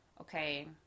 okay